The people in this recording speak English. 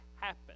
happen